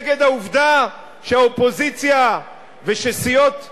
נגד העובדה שהאופוזיציה וסיעות הבית,